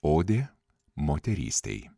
odė moterystei